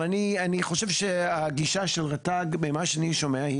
אני חושב שהגישה של רט"ג במה שאני שומע היא